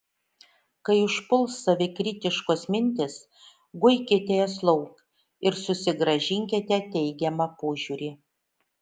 kai užpuls savikritiškos mintys guikite jas lauk ir susigrąžinkite teigiamą požiūrį